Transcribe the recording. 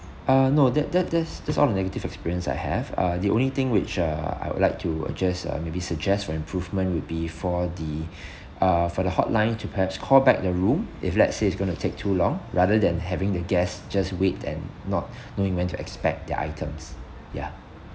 uh no that that that's that's all the negative experience I have uh the only thing which uh I would like to uh just uh maybe suggest for improvement would be for the uh for the hotline to perhaps call back the room if let's say it's going to take too long rather than having the guests just wait and not knowing when to expect their items ya